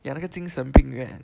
讲那个精神病院